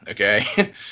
okay